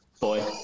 boy